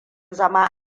zama